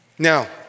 Now